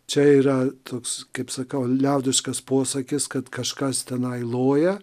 čia yra toks kaip sakau liaudiškas posakis kad kažkas tenai loja